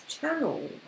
channel